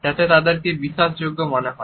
যাতে তাদেরকে বিশ্বাসযোগ্য মনে হয়